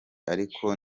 ariko